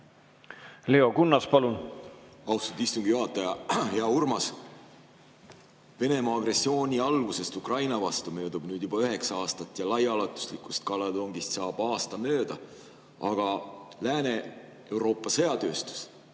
Leo Kunnas, palun! Austatud istungi juhataja! Hea Urmas! Venemaa agressiooni algusest Ukraina vastu möödub nüüd juba üheksa aastat ja laiaulatuslikust kallaletungist saab aasta mööda. Aga Lääne-Euroopa sõjatööstus